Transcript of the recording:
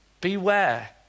Beware